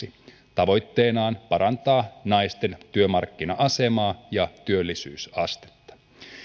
tavoitteenaan parantaa naisten työmarkkina asemaa ja työllisyysastetta